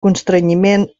constrenyiment